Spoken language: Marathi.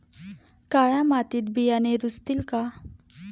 काळ्या मातीत बियाणे रुजतील का?